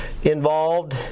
Involved